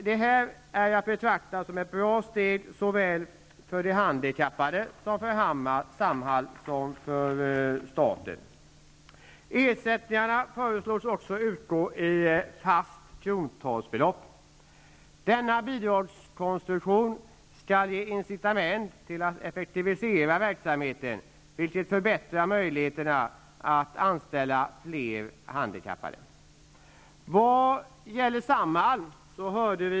Det är att betrakta som ett bra steg såväl för de handikappade som för Samhall och staten. Denna bidragskonstruktion skall ge incitament att effektivisera verksamheten, vilket förbättrar möjligheterna att anställa flera handikappade.